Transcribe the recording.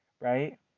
right